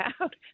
out